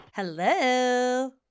Hello